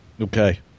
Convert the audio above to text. Okay